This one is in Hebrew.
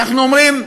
ואנחנו אומרים,